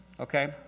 Okay